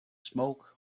smoke